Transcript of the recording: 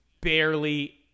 barely